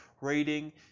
rating